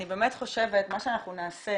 מה שאנחנו נעשה